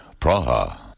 Praha